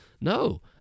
No